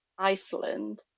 Iceland